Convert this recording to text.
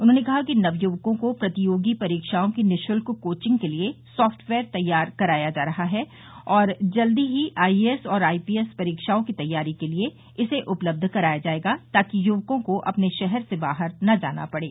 उन्होंने कहा कि नवयुवकों को प्रतियोगी परीक्षाओं की निशुत्क कोचिंग के लिए सॉफ्टवेयर तैयार कराया जा रहा है और जल्द ही आईएएस और आईपीएस परीक्षाओं की तैयारी के लिए इसे उपलब्ध कराया जायेगा ताकि युवकों को अपने शहर से बाहर न जाना पड़े